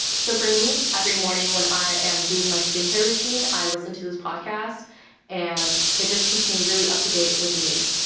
so for me, every morning when i am doing my skincare routine, i listen to this podcast and it just keeps me really up to date with the news.